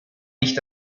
nicht